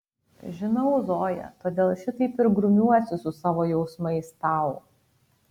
žinau zoja todėl šitaip ir grumiuosi su savo jausmais tau